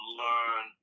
learn